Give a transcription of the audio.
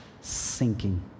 sinking